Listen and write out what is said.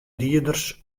dieders